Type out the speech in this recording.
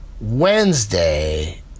Wednesday